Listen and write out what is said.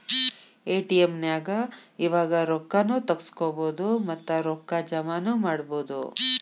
ATM ನ್ಯಾಗ್ ಇವಾಗ ರೊಕ್ಕಾ ನು ತಗ್ಸ್ಕೊಬೊದು ಮತ್ತ ರೊಕ್ಕಾ ಜಮಾನು ಮಾಡ್ಬೊದು